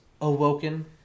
awoken